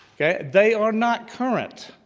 okay? they are not current.